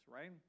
right